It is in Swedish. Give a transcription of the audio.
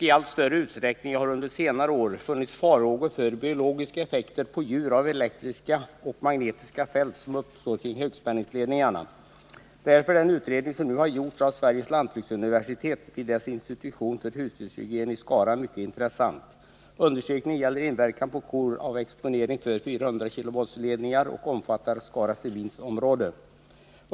I allt större utsträckning har det under senare år funnits farhågor för biologiska effekter på djur av de elektriska och magnetiska fält som uppstår kring högspänningsledningar. Därför är den utredning som nu har gjorts av Sveriges lantbruksuniversitet vid dess institution för husdjurshygien i Skara mycket intressant. Undersökningen gäller inverkan på kor av exponering för 400 kV-ledningar och omfattar Skara Semins område.